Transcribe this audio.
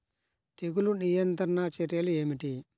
తెగులు నియంత్రణ చర్యలు ఏమిటి?